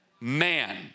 man